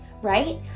Right